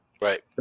Right